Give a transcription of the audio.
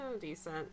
decent